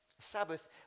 Sabbath